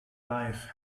life